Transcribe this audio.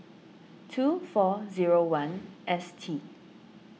two four zero one S T